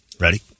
Ready